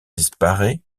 disparaît